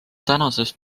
tänasest